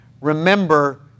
remember